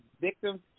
victims